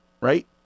right